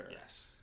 Yes